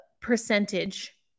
percentage